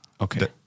Okay